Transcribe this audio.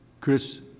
Chris